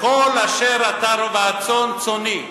והצאן צאני.